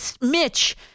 Mitch